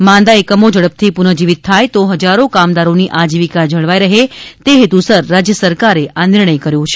માંદા એકમો ઝડપથી પુનઃ જીવીત થાય તો હજારો કામદારોની આજીવિકા જળવાઇ રહે તે હેતુસર રાજ્ય સરકારે આ નિર્ણય કર્યો છે